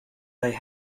they